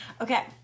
Okay